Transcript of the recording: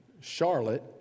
Charlotte